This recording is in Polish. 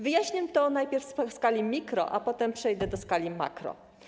Wyjaśnię to najpierw w skali mikro, a potem przejdę do skali makro.